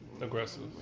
aggressive